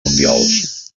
mundials